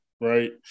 right